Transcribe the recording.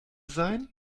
sein